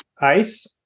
ice